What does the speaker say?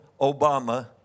Obama